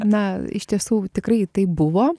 na iš tiesų tikrai taip buvo